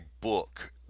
book